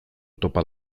topa